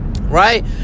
Right